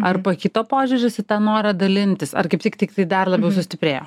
ar pakito požiūris į tą norą dalintis ar kaip tik tiktai dar labiau sustiprėjo